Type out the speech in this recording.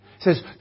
Says